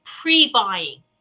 pre-buying